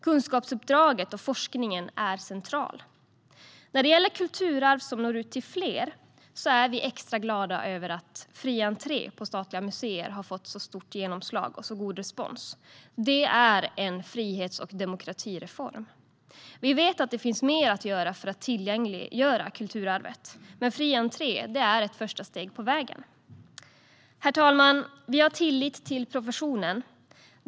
Kunskapsuppdraget och forskningen är centrala. När det gäller kulturarv som når ut till fler är vi extra glada över att fri entré på statliga museer har fått så stort genomslag och så god respons. Det är en frihets och demokratireform. Vi vet att det finns mer att göra för att tillgängliggöra kulturarvet, men fri entré är ett första steg på vägen. Herr talman! Vi har tillit till professionen.